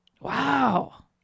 wow